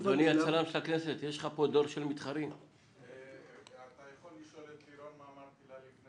זו פנימייה שהיא מעזה וחושבת